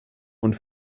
und